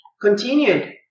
continued